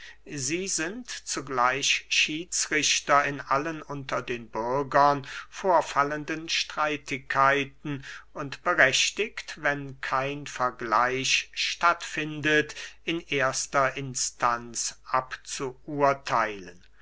sie sind zugleich schiedsrichter in allen unter den bürgern verfallenden streitigkeiten und berechtigt wenn kein vergleich statt findet in erster instanz